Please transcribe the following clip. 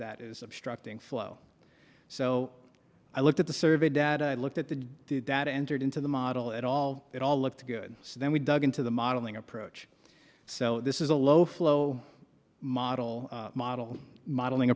that is obstructing flow so i looked at the survey data and looked at the data entered into the model at all it all looked good so then we dug into the modeling approach so this is a low flow model model modeling